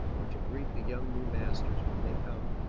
or to greet the young new masters when they come.